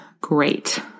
great